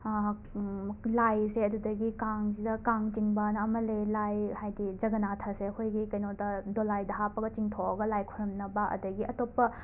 ꯂꯥꯏꯁꯦ ꯑꯗꯨꯗꯒꯤ ꯀꯥꯡꯁꯤꯗ ꯀꯥꯡ ꯆꯤꯡꯕꯅ ꯑꯃ ꯂꯩ ꯂꯥꯏ ꯍꯥꯏꯗꯤ ꯖꯒꯅꯥꯊꯁꯦ ꯑꯩꯈꯣꯏꯒꯤ ꯀꯦꯅꯣꯗ ꯗꯣꯂꯥꯏꯗ ꯍꯥꯞꯄꯒ ꯆꯤꯡꯊꯣꯛꯂꯒ ꯂꯥꯏ ꯈꯨꯔꯨꯝꯅꯕ ꯑꯗꯒꯤ ꯑꯇꯣꯞꯄ